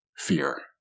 fear